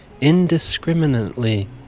indiscriminately